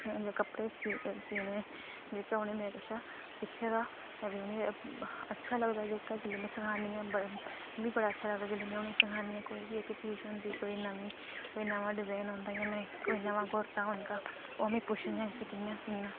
कपड़े सीने जेह्का उनें मेरे कशा सिक्खे दा ते अच्छा लगदा जेल्लै कि में सखानी आं ते मिगी बड़ा अच्छा लगदा जेल्लै कोई बी चीज़ होंदी ऐ नमीं ते कोई नमां डिजाईन औंदा ते कोई नमां कुर्ता औंदा ओह् में पुच्छनी आं कियां सीना आं